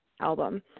album